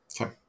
Okay